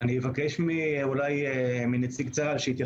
אני רק אפתח במשפט ואחרי זה נחדד את השאלה ואת התשובה